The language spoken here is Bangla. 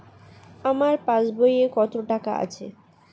আমার পাস বইয়ে কত টাকা আছে?